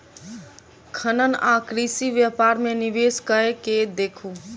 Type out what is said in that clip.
खनन आ कृषि व्यापार मे निवेश कय के देखू